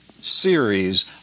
series